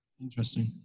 Interesting